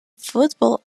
football